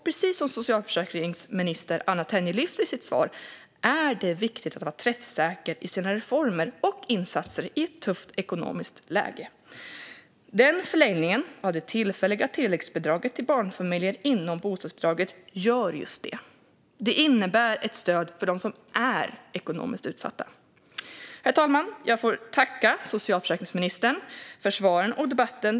Precis som socialförsäkringsminister Anna Tenje lyfter fram i sitt svar är det viktigt att vara träffsäker med sina reformer och insatser i ett tufft ekonomiskt läge. Förlängningen av det tillfälliga tilläggsbidraget till barnfamiljer med bostadsbidrag är just det. Det innebär ett stöd för dem som är ekonomiskt utsatta. Herr talman! Jag får tacka socialförsäkringsministern för svaren i debatten.